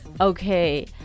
Okay